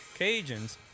Cajuns